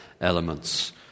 elements